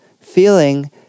feeling